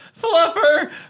Fluffer